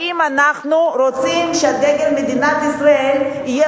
האם אנחנו רוצים שדגל מדינת ישראל יהיה